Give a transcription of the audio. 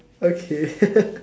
okay